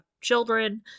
children